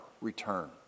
return